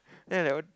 then I like what